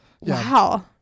Wow